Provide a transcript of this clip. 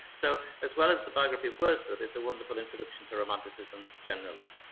so as well as the biography of wordsworth it's a wonderful introduction to romanticism generally,